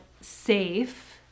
safe